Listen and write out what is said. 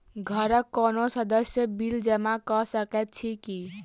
घरक कोनो सदस्यक बिल जमा कऽ सकैत छी की?